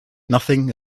nothing